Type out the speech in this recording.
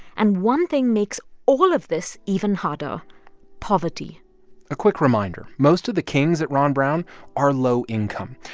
and one thing makes all of this even harder poverty a quick reminder most of the kings at ron brown are low income.